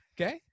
okay